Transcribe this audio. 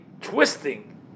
twisting